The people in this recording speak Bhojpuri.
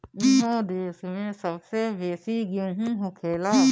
इहा देश के सबसे बेसी गेहूं होखेला